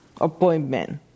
appointment